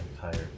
tired